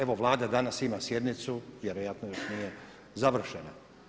Evo Vlada danas ima sjednicu, vjerojatno još nije završena.